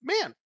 man